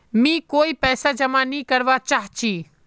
मी कोय पैसा जमा नि करवा चाहची